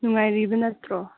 ꯅꯨꯡꯉꯥꯏꯔꯤꯕ ꯅꯠꯇ꯭ꯔꯣ